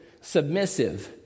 submissive